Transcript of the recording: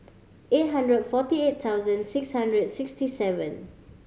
eight hundred forty eight thousand six hundred sixty seven